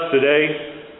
today